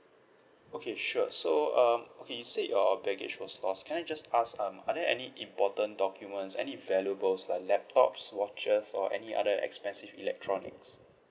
okay sure so um okay you said your baggage was lost can I just ask um are there any important documents any valuables like laptops watches or any other expensive electronics